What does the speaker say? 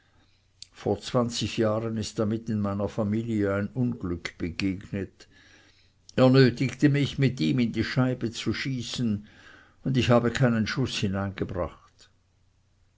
vor zwanzig jahren ist damit in meiner familie ein unglück begegnet er nötigte mich mit ihm in die scheibe zu schießen und ich habe keinen schuß hineingebracht